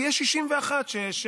כי יש 61 שרוצים.